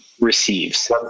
receives